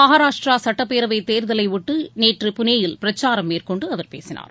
மகாராஷ்ட்ரா சட்டப்பேரவை தேர்தலையொட்டி நேற்று புனேயில் பிரச்சாரம் மேற்கொண்டு அவர் பேசினார்